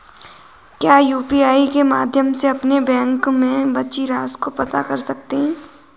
क्या यू.पी.आई के माध्यम से अपने बैंक में बची राशि को पता कर सकते हैं?